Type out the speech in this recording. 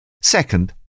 Second